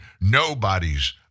Nobody's